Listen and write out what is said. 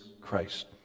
Christ